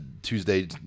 Tuesday